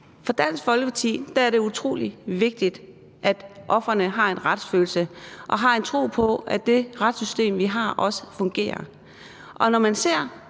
For Dansk Folkeparti er det utrolig vigtigt med ofrenes retsfølelse, og at de har en tro på, at det retssystem, vi har, også fungerer,